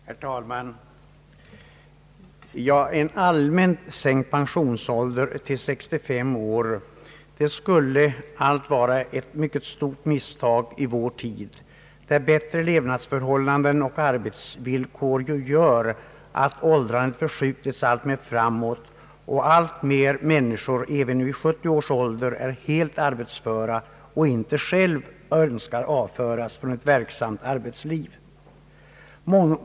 Herr talman! En allmän sänkning av pensionsåldern till 65 år skulle allt vara ett mycket stort misstag i vår tid, då bättre levnadsförhållanden och arbetsvillkor gör att åldrandet förskjuts allt längre fram och att allt fler människor ännu vid 70 år är helt arbetsföra och själva inte önskar avföras från ett verksamt arbetsliv.